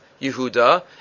Yehuda